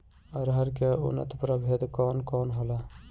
अरहर के उन्नत प्रभेद कौन कौनहोला?